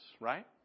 right